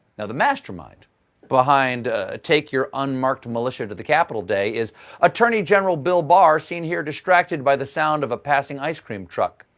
now, the mastermind behind take your unmarked militia to the capital day is attorney general bill barr, seen here distracted by the sound of a passing ice cream truck.